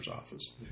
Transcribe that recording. office